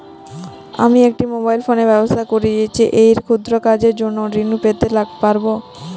আমি একটি মোবাইল ফোনে ব্যবসা করি এই ক্ষুদ্র কাজের জন্য ঋণ পেতে পারব?